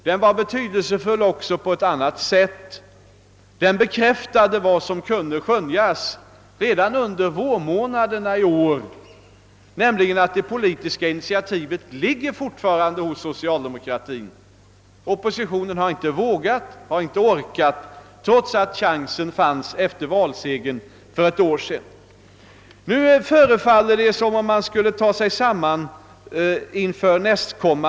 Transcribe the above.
Den var betydelsefull också på ett annat sätt: den bekräftade vad som kunde skönjas redan under vårmånaderna, nämligen att det politiska initiativet fortfarande ligger hos socialdemokratin. Oppositionen har inte vågat, inte orkat ta initiativet trots att chansen fanns efter valsegern för ett år sedan. Nu förefaller det som om man skulle ta sig samman inför nästa år.